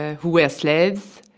ah who were slaves.